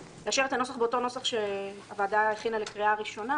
באותו נוסח שהוועדה הכינה לקריאה ראשונה,